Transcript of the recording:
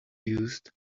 used